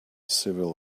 civil